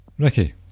Ricky